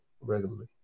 regularly